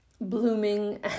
blooming